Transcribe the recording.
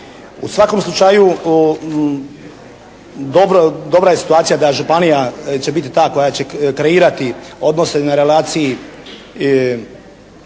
U svakom slučaju dobra je situacija da županija će biti ta koja će kreirati odnose na relaciji